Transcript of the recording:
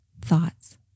thoughts